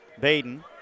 Baden